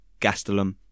Gastelum